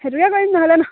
সেইটাকে কৰিম নহ'লে ন